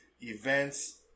events